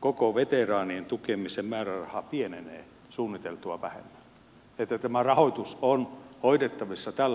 koko veteraanien tukemisen määräraha pienenee suunniteltua vähemmän että tämä rahoitus on hoidettavissa tällä tavalla